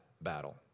battle